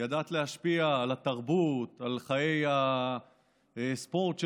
ידעת להשפיע על התרבות, על חיי הספורט שלנו,